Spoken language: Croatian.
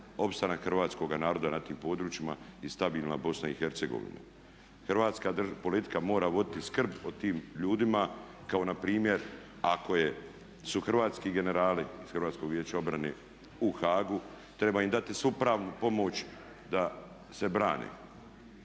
opstanak hrvatskoga naroda na tim područjima i stabilna BiH. Hrvatska politika mora voditi skrb o tim ljudima kao npr. ako su hrvatski generali iz HVO-a u Haagu treba im dati svu pravnu pomoć da se brane.